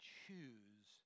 choose